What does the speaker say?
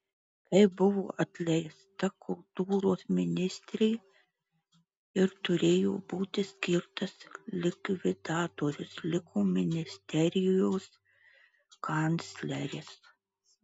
kai buvo atleista kultūros ministrė ir turėjo būti skirtas likvidatorius liko ministerijos kancleris